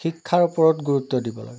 শিক্ষাৰ ওপৰত গুৰুত্ব দিব লাগে